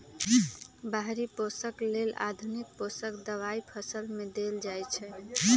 बाहरि पोषक लेल आधुनिक पोषक दबाई फसल में देल जाइछइ